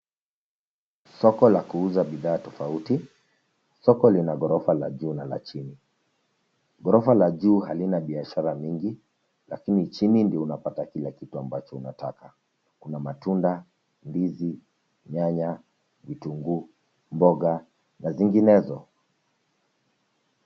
Soko la kuuza bidhaa tofauti, soko lina ghorofa la juu na la chini. Ghorofa la juu halina biashara mingi, lakini chini ndio unapata kila kitu ambacho unataka. Kuna matunda, ndizi, nyanya, vitunguu, mboga na zinginezo.